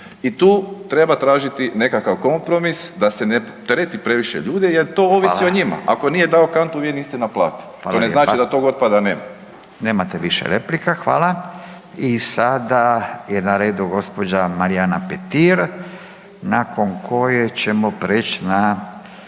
I tu treba tražiti nekakav kompromis da se ne optereti previše ljude jer to ovisi o njima, ako nije dao kantu vi niste naplatili, to ne znači da tog otpada nema. **Radin, Furio (Nezavisni)** Fala lijepa. Nemate više replika, hvala. I sada je na redu gđa. Marijana Petir nakon koje ćemo preć na